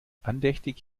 andächtig